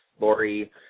Lori